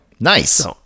Nice